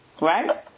right